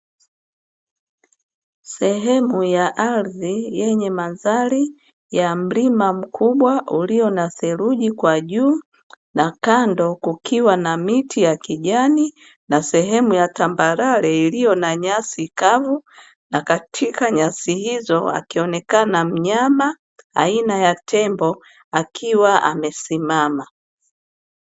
Sehemu ya ardhi yenye mandhari ya mlima mkubwa uliyo na theluji kwa juu, na kando kukiwa na miti ya kijani, na sehemu ya tambarare iliyo na nyasi kavu, na katika nyasi hizo akionekana mnyama aina ya tembo akiwa amesimama.